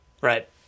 Right